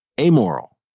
amoral